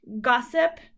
Gossip